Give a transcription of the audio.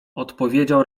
odpowiedział